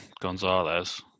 Gonzalez